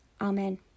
Amen